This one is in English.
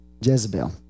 Jezebel